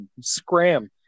Scram